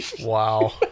wow